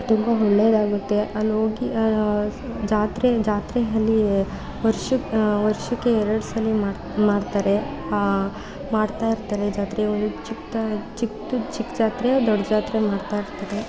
ತುಂಬ ಒಳ್ಳೆಯದಾಗುತ್ತೆ ಅಲ್ಲೋಗಿ ಜಾತ್ರೆ ಜಾತ್ರೆಯಲ್ಲಿ ವರ್ಷಕ್ಕೆ ವರ್ಷಕ್ಕೆ ಎರಡು ಸಲ ಮಾಡ್ತಾರೆ ಮಾಡ್ತಾ ಇರ್ತಾರೆ ಜಾತ್ರೆಯಲ್ಲಿ ಚಿಕ್ಕದಾಗಿ ಚಿಕ್ಕ ಜಾತ್ರೆ ದೊಡ್ಡ ಜಾತ್ರೆ ಮಾಡ್ತಾ ಇರ್ತಾರೆ